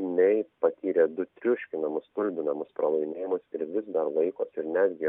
mei patyrė du triuškinamus stulbinamus pralaimėjimus ir vis dar laikosi netgi